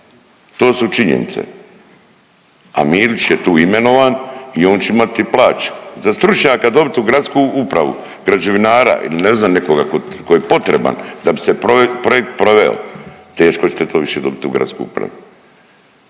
To su činjenice, a Milić je tu imenovan i on će imati plaću. Za stručnjaka dobiti u gradsku upravu, građevinara ili ne znam nekoga tko je potreban da bi se projekt proveo. Teško ćete to više dobiti u gradsku upravu.